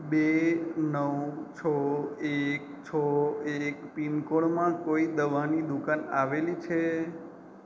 બે નવ છ એક છ એક પિનકોડમાં કોઈ દવાની દુકાન આવેલી છે